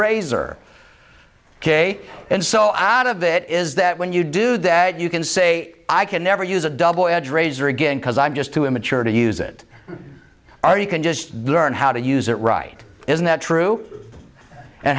razor ok and so out of it is that when you do that you can say i can never use a double edged razor again because i'm just too immature to use it are you can just learn how to use it right isn't that true and